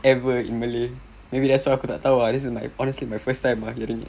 ever in malay maybe that's why aku tak tahu ah this is my honestly my first time hearing it